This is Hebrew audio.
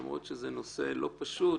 למרות שזה נושא לא פשוט,